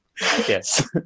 Yes